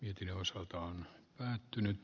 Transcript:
itin osalta on päättynyt